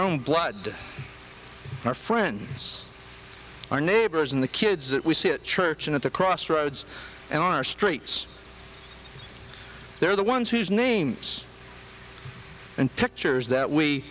own blood our friends our neighbors and the kids that we see a church in at the crossroads in our streets they're the ones whose names and pictures that we